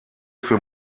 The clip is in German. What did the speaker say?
für